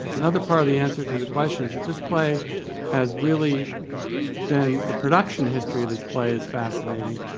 another part of the answer to the question is that this play has really been the production history of this play is fascinating.